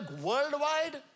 worldwide